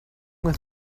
with